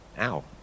Ow